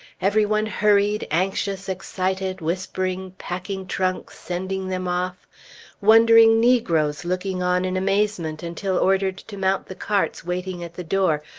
every one hurried, anxious, excited, whispering, packing trunks, sending them off wondering negroes looking on in amazement until ordered to mount the carts waiting at the door,